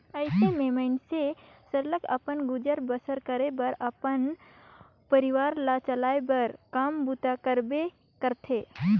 अइसे में मइनसे सरलग अपन गुजर बसर करे बर अपन परिवार ल चलाए बर काम बूता करबे करथे